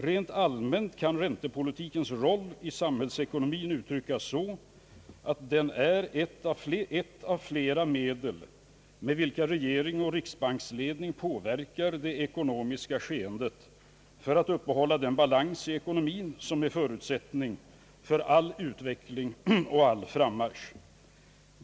Rent allmänt kan räntepolitikens roll i samhällsekonomien uttryckas så att den är ett av flera medel med vilka regering och riksbanksledning påverkar det ekonomiska skeendet för att uppehålla den balans i ekonomien som är förutsättningen för all utveckling och frammarsch.